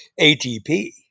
ATP